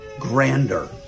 Grander